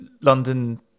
London